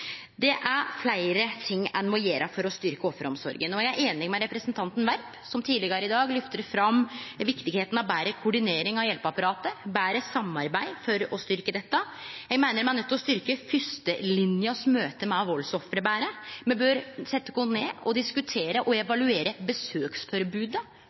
Det er fleire ting ein må gjere for å styrkje offeromsorga, og eg er einig med representanten Werp, som tidlegare i dag lyfta fram viktigheita av betre koordinering av hjelpeapparatet og betre samarbeid for å styrkje dette. Eg meiner me er nøydde til å styrkje fyrstelinjas møte med valdsoffer betre. Me bør setje oss ned og diskutere